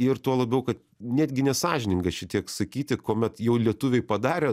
ir tuo labiau kad netgi nesąžininga šitiek sakyti kuomet jau lietuviai padarė